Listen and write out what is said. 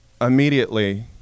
immediately